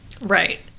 Right